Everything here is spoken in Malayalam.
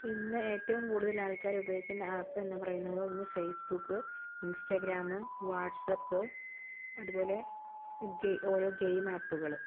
ഇന്ന് ഏറ്റവും കൂടുതൽ ആൾക്കാർ ഉപയോഗിക്കുന്ന ആപ്പെന്നു പറയുന്നത് ഒന്ന് ഫേസ്ബുക്ക് ഇൻസ്റ്റാഗ്രാമ് വാട്സപ്പ് അതുപോലെ ഓരോ ഗൈയിം ആപ്പുകൾ